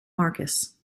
marcus